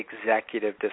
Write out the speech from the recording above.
executive